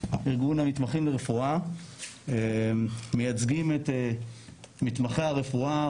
ארגון המתמחים לרפואה מייצגים את מתמחי הרפואה,